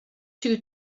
too